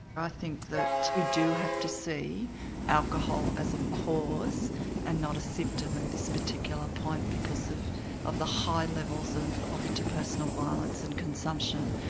i think that we do have to see alcohol as a cause and not a symptom at this particular point, because of of the high levels of of interpersonal violence and consumption,